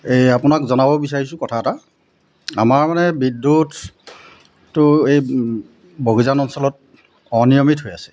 এই আপোনাক জনাব বিচাৰিছোঁ কথা এটা আমাৰ মানে এই বিদ্যুৎটো এই বগিজান অঞ্চলত অনিয়মিত হৈ আছে